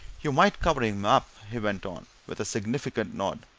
you might cover up, he went on, with a significant nod.